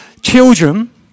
children